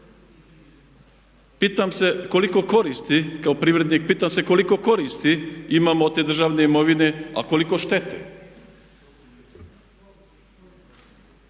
Pitam se koliko koristi, kao privrednik, pitam se koliko koristi imamo od te državne imovine, a koliko štete?